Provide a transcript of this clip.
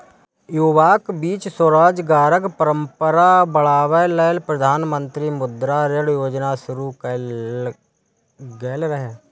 युवाक बीच स्वरोजगारक परंपरा बढ़ाबै लेल प्रधानमंत्री मुद्रा ऋण योजना शुरू कैल गेल रहै